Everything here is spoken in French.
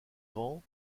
grand